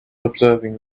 observing